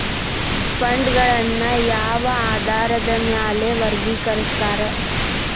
ಫಂಡ್ಗಳನ್ನ ಯಾವ ಆಧಾರದ ಮ್ಯಾಲೆ ವರ್ಗಿಕರಸ್ತಾರ